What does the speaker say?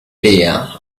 idea